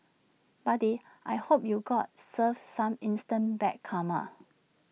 buddy I hope you got served some instant bad karma